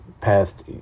past